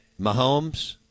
Mahomes